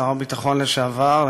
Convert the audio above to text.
שר הביטחון לשעבר,